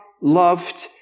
loved